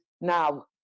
now